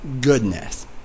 goodness